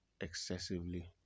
excessively